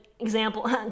example